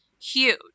huge